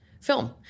film